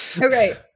okay